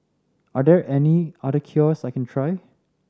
are there any other cures I can try